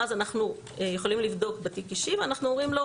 ואז אנחנו יכולים לבדוק בתיק האישי ואנחנו אומרים לו: